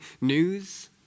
news